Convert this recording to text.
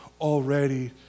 already